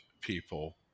people